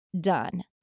done